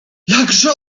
jakże